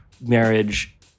marriage